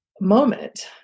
moment